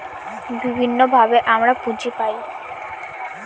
বিভিন্নভাবে আমরা পুঁজি পায়